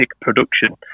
production